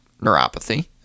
neuropathy